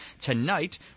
tonight